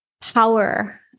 power